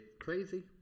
crazy